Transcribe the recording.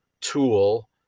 tool